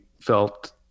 felt